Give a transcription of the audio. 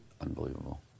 Unbelievable